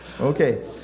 Okay